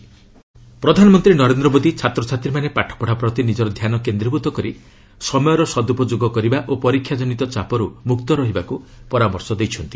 PM Pariksha Pe Charcha ପ୍ରଧାନମନ୍ତ୍ରୀ ନରେନ୍ଦ୍ର ମୋଦି ଛାତ୍ରଛାତ୍ରୀମାନେ ପାଠପଢ଼ା ପ୍ରତି ନିଜର ଧ୍ୟାନ କେନ୍ଦ୍ରୀଭୂତ କରି ସମୟର ସଦୁପଯୋଗ କରିବା ଓ ପରୀକ୍ଷା ଜନିତ ଚାପରୁ ମୁକ୍ତ ରହିବାକୁ ପରାମର୍ଶ ଦେଇଛନ୍ତି